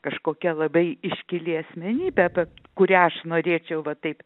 kažkokia labai iškili asmenybė apie kurią aš norėčiau va taip